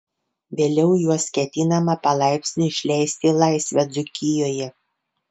vėliau juos ketinama palaipsniui išleisti į laisvę dzūkijoje